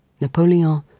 Napoleon